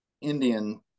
Indian